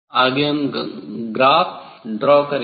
आगे हम graph draw करेंगे